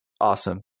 Awesome